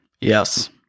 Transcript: yes